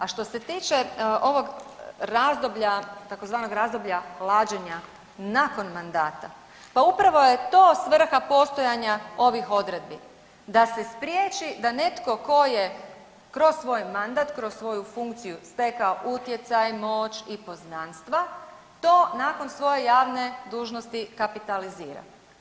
A što se tiče ovog razdoblja, tzv. razdoblja lađenja nakon mandata, pa upravo je to svrha postojanja ovih odredbi, da se spriječi da netko ko je kroz svoj mandat, kroz svoju funkciju stekao utjecaj, moć i poznanstva to nakon svoje javne dužnosti kapitalizira.